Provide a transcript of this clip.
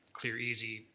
clear, easy,